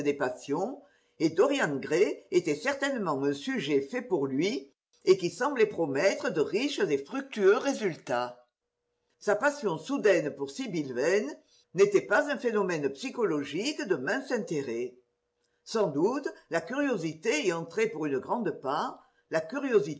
et dorian gray était certainement un sujet fait pour lui et qui semblait promettre de riches et fructueux résultats sa passion soudaine pour sibyl vane n'était pas un phénomène psychologique de mince intérêt sans doute la curiosité y entrait pour une grande part la curiosité